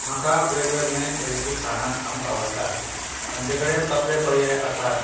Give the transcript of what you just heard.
म्हाका वेगवेगळे तरेची खाणां खावंक आवडटात तांचे कडेन कसले पर्याय आसात